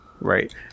right